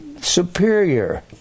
superior